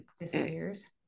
disappears